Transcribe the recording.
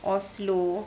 oslo